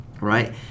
right